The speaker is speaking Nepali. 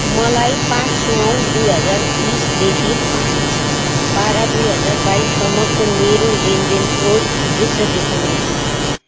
मलाई पाँच नौ दुई हजार बिसदेखि पाँच बाह्र दुई हजार बाइससम्मको मेरो लेनदेनको इतिवृत्त देखाउनुहोस्